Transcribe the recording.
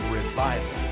revival